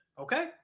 okay